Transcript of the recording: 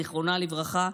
זיכרונה לברכה,